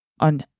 on